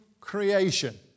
creation